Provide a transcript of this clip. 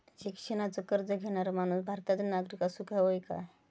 शिक्षणाचो कर्ज घेणारो माणूस भारताचो नागरिक असूक हवो काय?